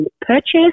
purchase